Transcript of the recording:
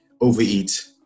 overeat